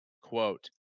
quote